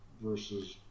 versus